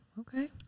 okay